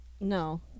No